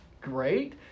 great